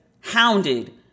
hounded